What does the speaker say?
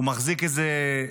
הוא מחזיק, אמסלם,